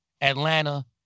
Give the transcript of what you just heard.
Atlanta